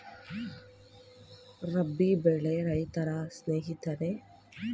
ರಾಬಿ ಬೆಳೆ ರೈತರ ಸ್ನೇಹಿತನೇ?